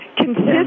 Consistent